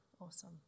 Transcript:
awesome